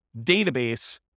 database